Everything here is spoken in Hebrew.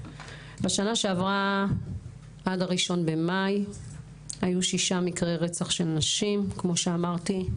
בשנה שעברה עד הראשון במאי היו שישה מקרי רצח של נשים כמו שאמרתי,